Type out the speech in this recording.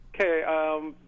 Okay